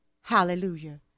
Hallelujah